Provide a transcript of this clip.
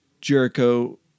Jericho